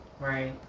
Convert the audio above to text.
Right